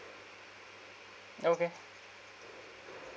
okay